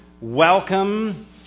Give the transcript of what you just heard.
welcome